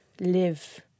live